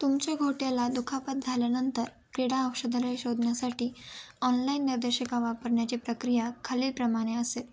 तुमच्या घोट्याला दुखापत झाल्यानंतर क्रीडा औषधालय शोधण्यासाठी ऑनलाईन निर्देशिका वापरण्याची प्रक्रिया खालीलप्रमाणे असेल